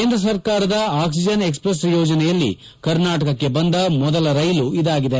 ಕೇಂದ್ರ ಸರ್ಕಾರದ oxygen express ಯೋಜನೆಯಲ್ಲಿ ಕರ್ನಾಟಕಕ್ಕೆ ಬಂದ ಮೊದಲ ರೈಲು ಇದಾಗಿದೆ